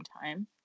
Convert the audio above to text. time